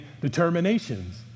determinations